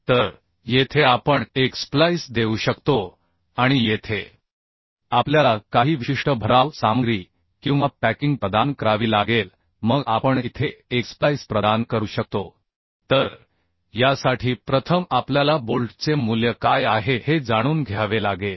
तर येथे आपण एक स्प्लाइस देऊ शकतो आणि येथे आपल्याला काही विशिष्ट भराव सामग्री किंवा पॅकिंग प्रदान करावी लागेल मग आपण इथे एक स्प्लाइस प्रदान करू शकतो तर यासाठी प्रथम आपल्याला बोल्टचे मूल्य काय आहे हे जाणून घ्यावे लागेल